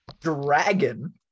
Dragon